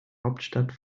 hauptstadt